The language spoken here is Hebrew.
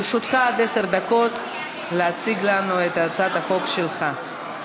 לרשותך עד עשר דקות להציג לנו את הצעת החוק שלך.